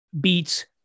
beats